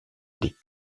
des